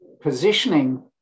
Positioning